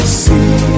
see